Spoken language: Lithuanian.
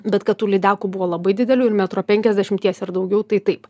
bet kad tų lydekų buvo labai didelių ir metro penkiasdešimties ir daugiau tai taip